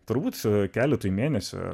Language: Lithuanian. turbūt keletui mėnesių